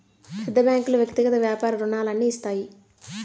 పెద్ద బ్యాంకులు వ్యక్తిగత వ్యాపార రుణాలు అన్ని ఇస్తాయి